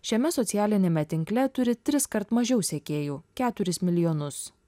šiame socialiniame tinkle turi triskart mažiau sekėjų keturis milijonus